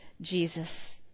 Jesus